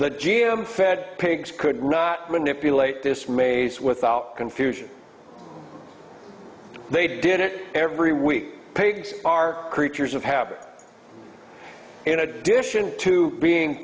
the g m fed pigs could not manipulate this maze without confusion they did it every week pigs are creatures of habit in addition to being